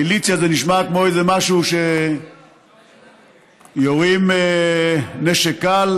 מיליציה זה נשמע כמו איזה משהו שיורים בו נשק קל